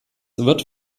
wird